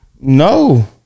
No